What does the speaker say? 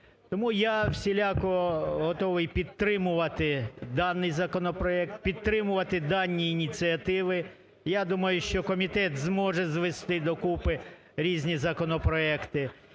Тому я всіляко готовий підтримувати даний законопроект, підтримувати дані ініціативи. Я думаю, що комітет зможе звести до купи різні законопроекти.